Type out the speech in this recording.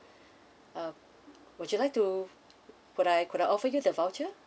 uh would you like could I could I offer you the voucher